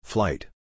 Flight